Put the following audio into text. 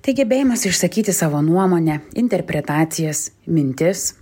tai gebėjimas išsakyti savo nuomonę interpretacijas mintis